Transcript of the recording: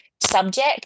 subject